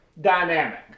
dynamic